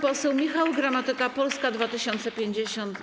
Pan poseł Michał Gramatyka, Polska 2050.